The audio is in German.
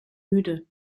müde